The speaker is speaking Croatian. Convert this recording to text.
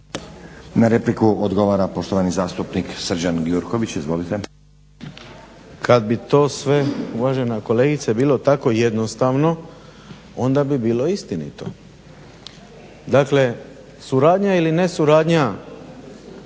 Na repliku odgovora poštovani zastupnik Srđan Gjurković. Izvolite. **Gjurković, Srđan (HNS)** Kad bi to sve uvažena kolegice bilo tako jednostavno onda bi bilo istinito. Dakle suradnja ili ne suradnja